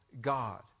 God